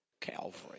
Calvary